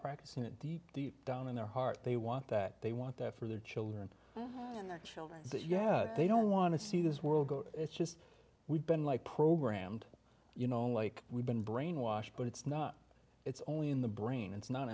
practicing it deep deep down in their heart they want that they want that for their children oh and their children that yeah they don't want to see this world it's just we've been like programmed you know like we've been brainwashed but it's not it's only in the brain it's not